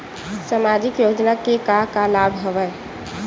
सामाजिक योजना के का का लाभ हवय?